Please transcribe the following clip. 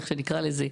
איך שכל אחד יקרא לזה,